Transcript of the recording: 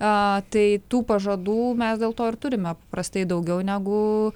a tai tų pažadų mes dėl to ir turime paprastai daugiau negu